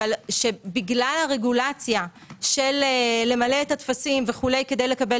שבגלל הרגולציה של למלא את הטפסים וכו' כדי לקבל